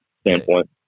standpoint